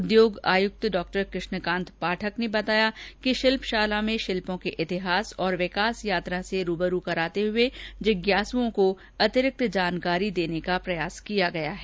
उद्योग आयुक्त डॉ कृष्ण कांत पाठक ने बताया कि शिल्पशाला में शिल्पों के इतिहास व विकास यात्रा से रुबरु कराते हुए जिज्ञासुओं को अतिरिक्त जानकारी देने का प्रयास किया गया है